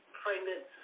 pregnant